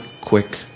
quick